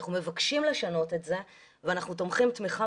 אנחנו מבקשים לשנות את זה ואנחנו תומכים תמיכה